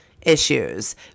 issues